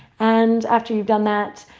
and after you've done that,